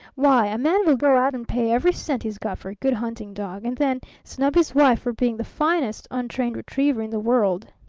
why, a man will go out and pay every cent he's got for a good hunting dog and then snub his wife for being the finest untrained retriever in the world.